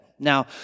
Now